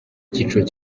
icyiciro